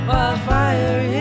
Wildfire